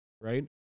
Right